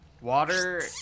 Water